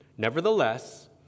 Nevertheless